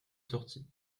sortie